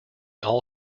all